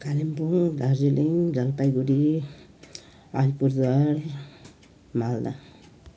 Kalimpong Darjeeling Jalpaiguri Alipurduar Malda